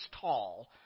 tall